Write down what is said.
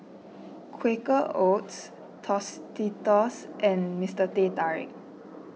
Quaker Oats Tostitos and Mister Teh Tarik